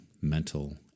mental